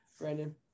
Brandon